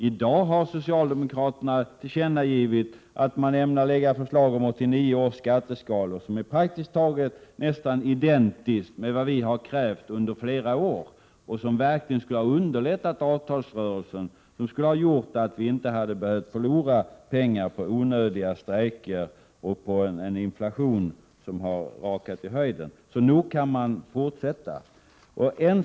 I dag har socialdemokraterna tillkännagivit att regeringen ämnar lägga fram ett förslag om 1989 års skatteskalor som är praktiskt taget identiskt med vad vi har krävt under flera år — skatteskalor som verkligen skulle ha underlättat avtalsrörelsen och som skulle ha gjort att vi inte hade behövt förlora pengar på onödiga strejker och på en inflation som har rakat i höjden. — Reformarbete kan alltså fortsätta trots pågående utredning!